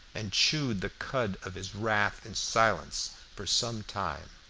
and chewed the cud of his wrath in silence for some time.